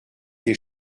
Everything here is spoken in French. tes